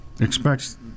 Expects